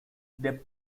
debt